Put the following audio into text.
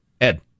Ed